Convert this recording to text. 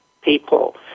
people